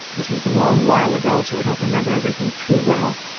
this was a long while ago so i don't remember everything too well,